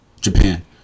Japan